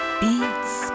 beats